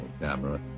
camera